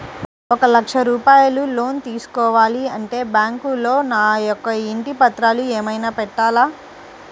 ఒక లక్ష రూపాయలు లోన్ తీసుకోవాలి అంటే బ్యాంకులో నా యొక్క ఇంటి పత్రాలు ఏమైనా పెట్టాలా?